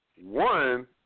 One